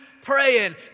praying